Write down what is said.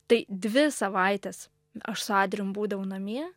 tai dvi savaites aš su adrijum būdavau namie